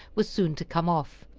was soon to come off,